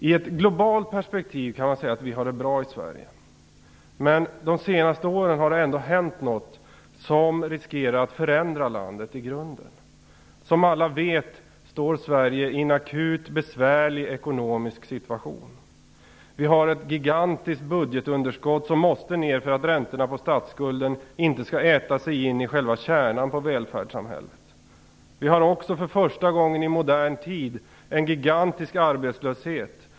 I ett globalt perspektiv kan man säga att vi har det bra i Sverige. Men de senaste åren har det ändå hänt något som riskerar att förändra landet i grunden. Som alla vet står Sverige inför en akut besvärlig ekonomisk situation. Vi har ett gigantiskt budgetunderskott, som måste ner för att räntorna på statsskulden inte skall äta sig in i själva kärnan på välfärdssamhället. Vi har också för första gången i modern tid en gigantisk arbetslöshet.